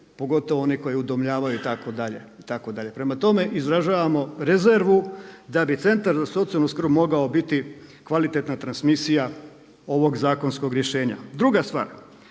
pogotovo oni koji udomljavaju itd. itd. Prema tome, izražavamo rezervu da bi centar za socijalnu skrb mogao biti kvalitetna transmisija ovog zakonskog rješenja. Druga stvar